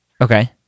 Okay